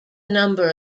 number